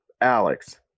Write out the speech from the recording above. Alex